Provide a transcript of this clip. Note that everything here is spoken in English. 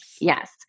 Yes